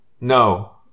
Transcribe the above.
No